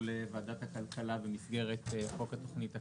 לוועדת הכלכלה במסגרת חוק התוכנית הכלכלית,